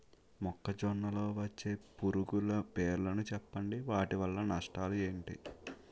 మొక్కజొన్న లో వచ్చే పురుగుల పేర్లను చెప్పండి? వాటి వల్ల నష్టాలు ఎంటి?